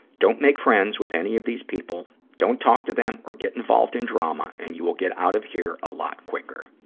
don't make friends with any of these people. don't talk to them or get involved in drama, and you will get out of here a lot quicker.